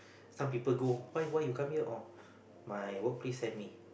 some people go why why you come here orh my workplace sent me